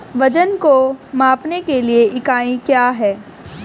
वजन को मापने के लिए इकाई क्या है?